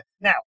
now